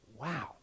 wow